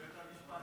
אדוני היושב-ראש,